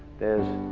there's,